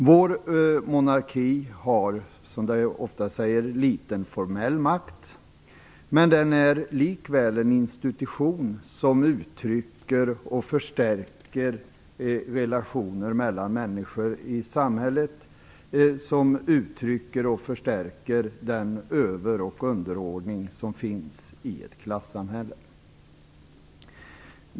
Vår monarki har, som det ofta sägs, liten formell makt, men den är likväl en institution som uttrycker och förstärker relationer mellan människor i samhället, som uttrycker och förstärker den över och underordning som finns i ett klassamhälle.